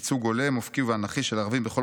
ייצוג הולם אופקי ואנכי של ערבים בכל